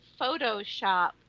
Photoshop